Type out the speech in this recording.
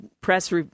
press